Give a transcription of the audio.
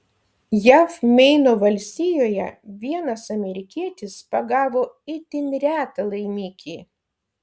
jav meino valstijoje vienas amerikietis pagavo itin retą laimikį